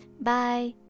Bye